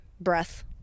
breath